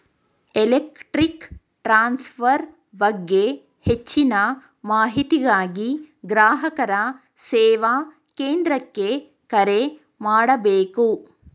electric transfer ಬಗ್ಗೆ ಹೆಚ್ಚಿನ ಮಾಹಿತಿಗಾಗಿ ಗ್ರಾಹಕರ ಸೇವಾ ಕೇಂದ್ರಕ್ಕೆ ಕರೆ ಮಾಡಬೇಕು